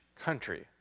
country